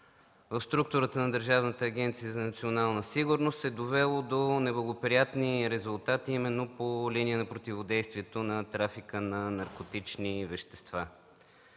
в структурата на Държавната агенция за национална сигурност е довело до неблагоприятни резултати именно по линия на противодействието на трафика на наркотични вещества.